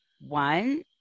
one